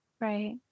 Right